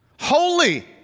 holy